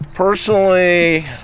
Personally